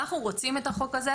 ואנחנו רוצים את החוק הזה,